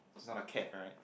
it's not a cat right